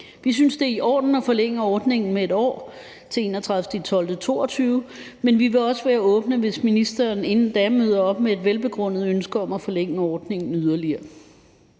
Vi synes, det i orden at forlænge ordningen med et år til den 31. december 2022, men vi vil også være åbne, hvis ministeren inden da møder op med et velbegrundet ønske om at forlænge ordningen yderligere.